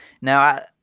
now